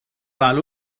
val